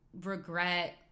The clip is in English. regret